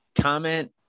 comment